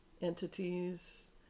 entities